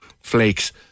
flakes